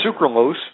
sucralose